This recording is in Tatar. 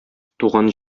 туган